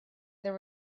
there